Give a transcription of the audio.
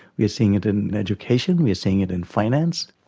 we're seeing it in education, we're seeing it in finance.